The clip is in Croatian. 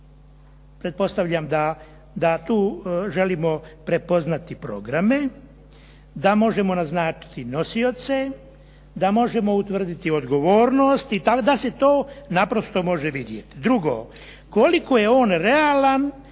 Pretpostavljam da tu želimo prepoznati programe, da možemo naznačiti nosioce, da možemo utvrditi odgovornost i tako da se to naprosto može vidjeti.